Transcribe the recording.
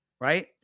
right